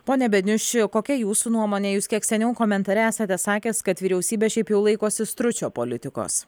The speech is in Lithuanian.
pone beniuši kokia jūsų nuomonė jūs kiek seniau komentare esate sakęs kad vyriausybė šiaip jau laikosi stručio politikos